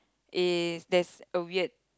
is there's a weird